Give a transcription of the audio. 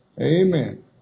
Amen